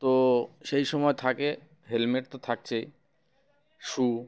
তো সেই সময় থাকে হেলমেট তো থাকছেই শু